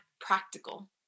practical